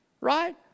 right